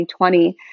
2020